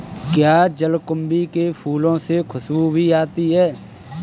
क्या जलकुंभी के फूलों से खुशबू भी आती है